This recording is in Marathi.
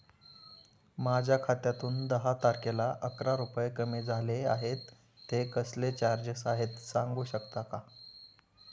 माझ्या खात्यातून दहा तारखेला अकरा रुपये कमी झाले आहेत ते कसले चार्जेस आहेत सांगू शकता का?